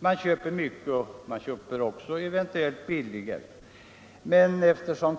Kunden köper också mycket och eventuellt billigare. Men